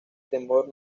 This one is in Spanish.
temor